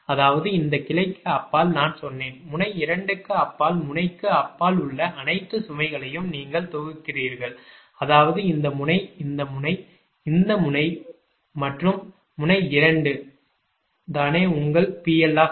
அதாவது இந்த கிளைக்கு அப்பால் நான் சொன்னேன் முனை 2 க்கு அப்பால் முனைக்கு அப்பால் உள்ள அனைத்து சுமைகளையும் நீங்கள் தொகுக்கிறீர்கள் அதாவது இந்த முனை இந்த முனை இந்த முனை இந்த முனை இந்த முனை இந்த முனை இந்த முனை மற்றும் இந்த முனை மற்றும் முனை 2 தானே உங்கள் PL